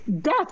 death